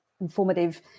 informative